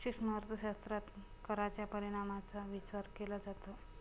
सूक्ष्म अर्थशास्त्रात कराच्या परिणामांचा विचार केला जातो